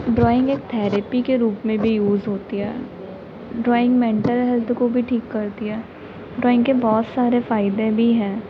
drawing एक therapy के रूप में भी यूज होती है ड्राइंग को एक मेंटल हेल्थ को भी ठीक करती है और आँख सारी चीज़ें इसलिए जो है बहुत इम्पोर्टेन्ट है मेरी लाइफ में ड्राइंग के बहुत सारे फ़ायदे भी हैं